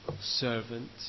servant